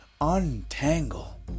Untangle